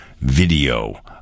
video